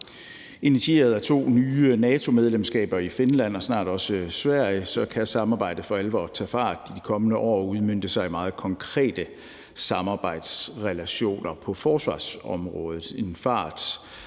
Initieret af to nye NATO-medlemskaber, Finland og snart også Sverige, kan samarbejdet for alvor tage fart i de kommende år og udmønte sig i meget konkrete samarbejdsrelationer på forsvarsområdet